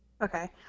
okay